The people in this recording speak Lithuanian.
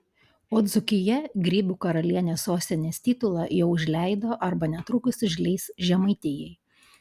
o dzūkija grybų karalienės sostinės titulą jau užleido arba netrukus užleis žemaitijai